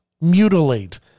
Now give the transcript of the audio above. mutilate